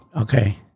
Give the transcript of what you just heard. Okay